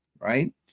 right